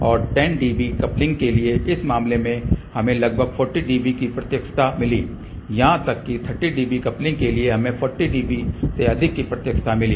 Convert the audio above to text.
और 10 dB coupling के लिए इस मामले में हमें लगभग 40 dB की प्रत्यक्षता मिली यहां तक कि 30 dB कपलिंग के लिए हमें 40 dB से अधिक की प्रत्यक्षता मिली